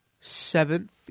seventh